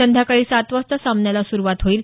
संध्याकाळी सात वाजता सामन्याला सुरुवात होईल